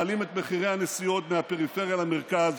מעלים את מחירי הנסיעות מהפריפריה למרכז.